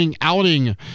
outing